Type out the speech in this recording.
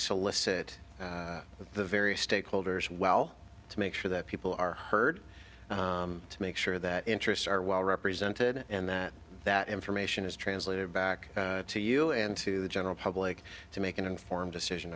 solicit the various stakeholders well to make sure that people are heard to make sure that interests are well represented and that that information is translated back to you and to the general public to make an informed decision